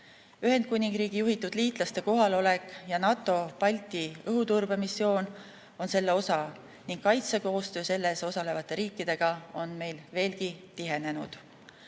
Ühendkuningriigi juhitud liitlaste kohalolek ja NATO Balti õhuturbemissioon on selle osa ning kaitsekoostöö selles osalevate riikidega on meil veelgi tihenenud. Peame